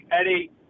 Eddie